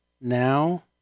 now